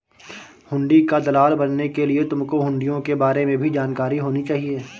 हुंडी का दलाल बनने के लिए तुमको हुँड़ियों के बारे में भी जानकारी होनी चाहिए